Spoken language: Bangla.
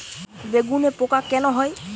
বেগুনে পোকা কেন হয়?